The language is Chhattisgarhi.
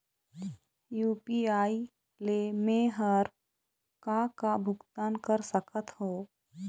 यू.पी.आई ले मे हर का का भुगतान कर सकत हो?